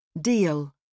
Deal